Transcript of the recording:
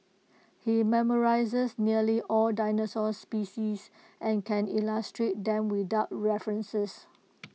he's memorised nearly all dinosaur species and can illustrate them without references